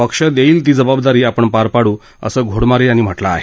पक्ष देईल ती जबाबदारी आपण पार पाडू असं घोडमारे यांनी म्हटलं आहे